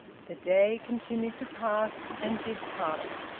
the day continued to pass, and did pass.